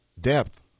Depth